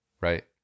right